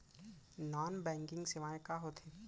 non banking सेवाएं का होथे